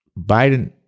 Biden